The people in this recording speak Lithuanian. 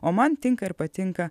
o man tinka ir patinka